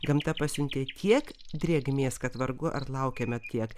gamta pasiuntė tiek drėgmės kad vargu ar laukėme tiek